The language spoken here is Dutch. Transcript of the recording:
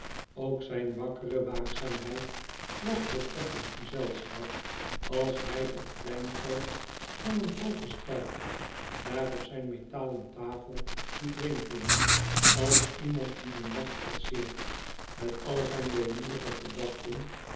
ook zijn wakkere waakzaamheid was voortreffelyk gezelschap als hij t kleingeld van een halven stuiver daar op zijn metalen tafel doet rinkinken als iemand die den nacht trotseert met al zijn weemoedige gedachten